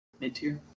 mid-tier